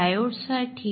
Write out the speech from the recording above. आता डायोडसाठी